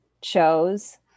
chose